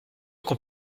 qu’on